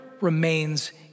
remains